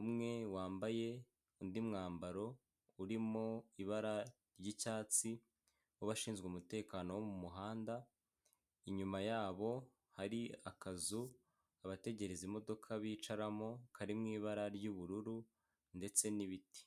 umwe wambaye undi mwambaro urimo ibara ry'icyatsi w'abashinzwe umutekano wo mu muhanda, inyuma yabo hari akazu abategereza imodoka bicaramo kari mu ibara ry'ubururu ndetse n'ibiti.